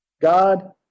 God